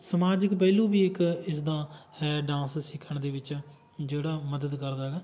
ਸਮਾਜਿਕ ਪਹਿਲੂ ਵੀ ਇੱਕ ਇਸਦਾ ਹੈ ਡਾਂਸ ਸਿੱਖਣ ਦੇ ਵਿੱਚ ਜਿਹੜਾ ਮਦਦ ਕਰਦਾ ਹੈ